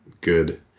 good